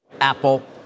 apple